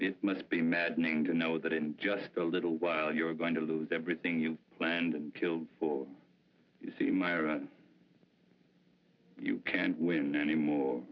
it must be maddening to know that in just a little while you're going to lose everything you planned and killed for you see my you can't win anymore